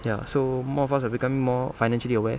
ya so more of us are becoming more financially aware